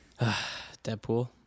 Deadpool